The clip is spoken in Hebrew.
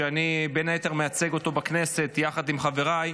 שאני בין היתר מייצג אותו בכנסת יחד עם חבריי,